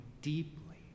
deeply